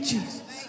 Jesus